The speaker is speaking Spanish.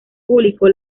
público